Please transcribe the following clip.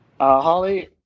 Holly